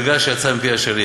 שזו שגגה שיצאה מפי השליט.